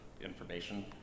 information